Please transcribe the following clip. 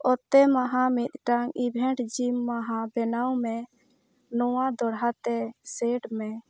ᱚᱛᱮ ᱢᱟᱦᱟ ᱢᱤᱫᱴᱟᱝ ᱤᱵᱷᱮᱱᱴ ᱡᱤᱢ ᱦᱟᱦᱟ ᱵᱮᱱᱟᱣ ᱢᱮ ᱱᱚᱣᱟ ᱫᱚᱲᱦᱟᱛᱮ ᱥᱮᱹᱴ ᱢᱮ